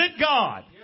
God